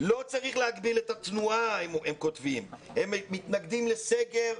לא צריך להגביל את התנועה." הם מתנגדים לסגר,